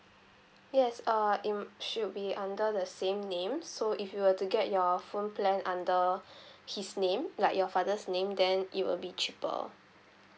yes uh it should be under the same name so if you were to get your phone plan under his name like your father's name then it will be cheaper